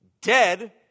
dead